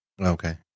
Okay